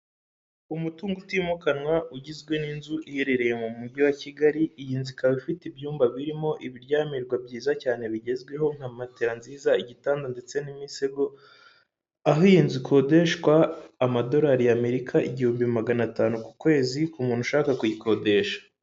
Umutungo utimukanwa ugizwe n'inzu iherereye mu mujyi wa Kigali, iyi nzu ikaba ifite ibyumba birimo ibiryamirwa byiza cyane bigezweho nka matela nziza, igitanda ndetse n'imisego, aho iyi nzu ikodeshwa amadorari y'Amerika igihumbi magana atanu ku kwezi ku muntu ushaka kuyikodesha.